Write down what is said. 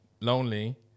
Lonely